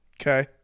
Okay